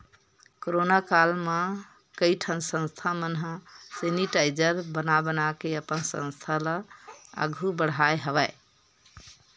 corona काल म कइ ठन संस्था मन ह सेनिटाइजर बना बनाके अपन संस्था ल आघु बड़हाय हवय